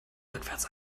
rückwärts